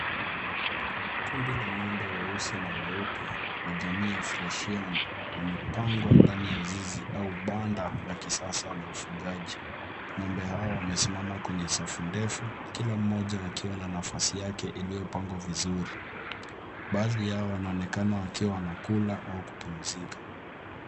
Kundi la ng'ombe weusi na weupe wa jamii ya cs[friesian]cs wamepangwa ndani ya zizi au banda la kisasa la ufugaji. Ng'ombe hawa wamesimama kwenye safu ndefu kila moja akiwa na nafasi yake iliyopangwa vizuri. Baadhi yao wanaonekana wakiwa wanakula au kupumzika.